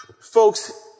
Folks